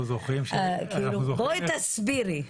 בואי תסבירי.